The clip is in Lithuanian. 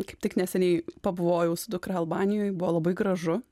kaip tik neseniai pabuvojau su dukra albanijoj buvo labai gražu